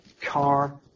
car